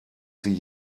sie